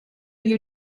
you